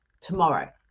tomorrow